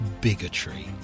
bigotry